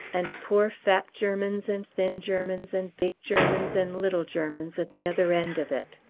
and poor fat germans, and thin germans, and big germans, and little germans at the other end of it.